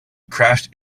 crashed